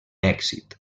èxit